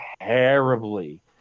terribly